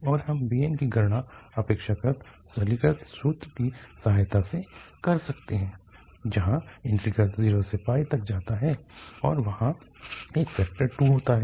और हम bn की गणना अपेक्षाकृत सरलीकृत सूत्र की सहायता से कर सकते हैं जहाँ इंटीग्रल 0 से तक जाता है और वहाँ एक फैक्टर 2 होता है